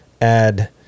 add